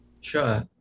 Sure